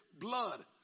blood